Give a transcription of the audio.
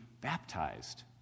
baptized